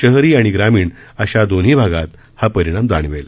शहरी आणि ग्रामीण अशा दोन्ही भागात हा परिणाम जाणवेल